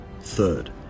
Third